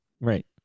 right